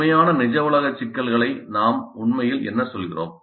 உண்மையான நிஜ உலக சிக்கல்களை நாம் உண்மையில் என்ன சொல்கிறோம்